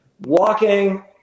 walking